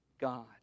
God